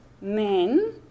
men